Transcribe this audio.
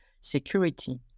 security